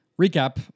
recap